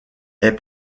est